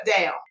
down